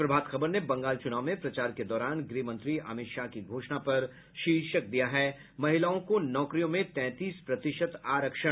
प्रभात खबर ने बंगाल चुनाव में प्रचार के दौरान गृह मंत्री अमित शाह की घोषणा पर शीर्षक दिया है महिलाओं को नौकरियों में तैंतीस प्रतिशत आरक्षण